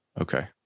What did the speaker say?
Okay